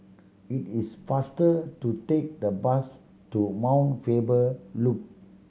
it is faster to take the bus to Mount Faber Loop